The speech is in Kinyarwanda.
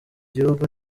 gihugu